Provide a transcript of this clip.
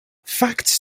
facts